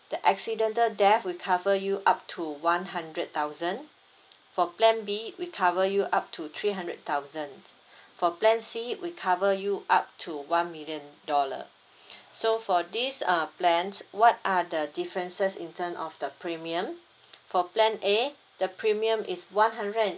the accidental death we cover you up to one hundred thousand for plan B we cover you up to three hundred thousand for plan C we cover you up to one million dollar so for this uh plans what are the differences in term of the premium for plan A the premium is one hundred and